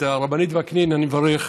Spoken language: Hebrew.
את הרבנית וקנין אני מברך,